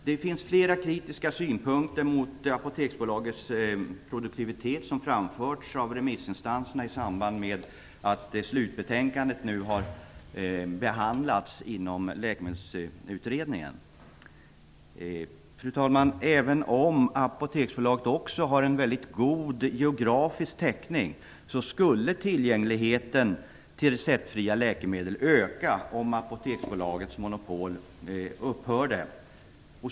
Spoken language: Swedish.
Det finns flera kritiska synpunkter mot Apoteksbolagets produktivitet som framförts av remissinstanserna i samband med att slutbetänkandet från Läkemedelsutredningen har behandlats. Fru talman! Även om Apoteksbolaget också har en god geografisk täckning skulle tillgängligheten till receptfria läkemedel öka om Apoteksbolagets monopol upphörde.